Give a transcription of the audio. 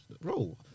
bro